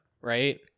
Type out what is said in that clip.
right